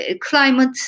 climate